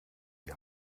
die